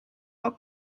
all